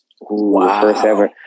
Wow